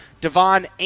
Devon